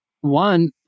one